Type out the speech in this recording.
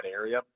area